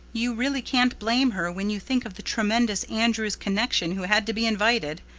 you really can't blame her when you think of the tremendous andrews connection who had to be invited.